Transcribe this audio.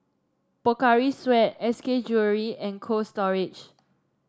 Pocari Sweat S K Jewellery and Cold Storage